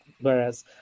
whereas